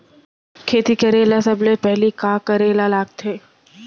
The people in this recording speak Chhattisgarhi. खेती करे बर सबले पहिली का करे ला लगथे?